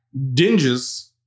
Dinges